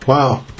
Wow